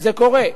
זה קורה.